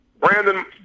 Brandon